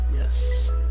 Yes